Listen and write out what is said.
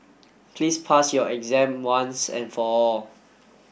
please pass your exam once and for all